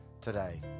today